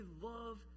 love